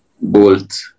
Bolt